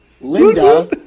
Linda